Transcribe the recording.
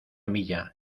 milla